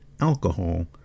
alcohol